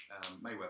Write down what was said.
Mayweather